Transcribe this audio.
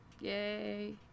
yay